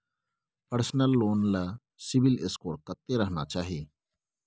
Personal loan ले CIBIL score कत्ते रहना चाही?